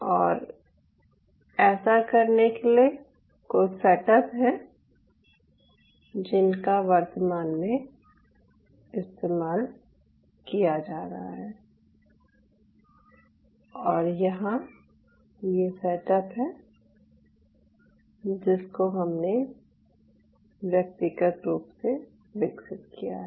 और ऐसा करने के लिए कुछ सेटअप हैं जिनका वर्तमान में इस्तेमाल किया जा रहा है तो यहां ये सेटअप है जिसको हमने व्यक्तिगत रूप से विकसित किया है